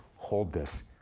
hold this,